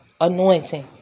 anointing